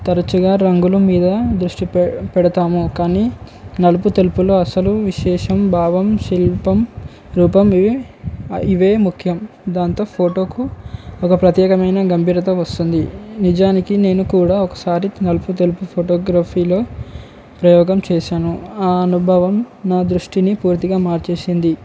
తరచుగా రంగుల మీద దృష్టి పె పెడతాము కానీ నలుపు తెలుపులో అసలు విశేషం భావం శిల్పం రూపం ఇవి ఇవే ముఖ్యం దాంతో ఫోటోకు ఒక ప్రత్యేకమైన గంభీరత వస్తుంది నిజానికి నేను కూడా ఒకసారి నలుపు తెలుపు ఫోటోగ్రఫీలో ప్రయోగం చేసాను ఆ అనుభవం నా దృష్టిని పూర్తిగా మార్చేసింది